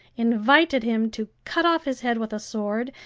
invited him to cut off his head with a sword,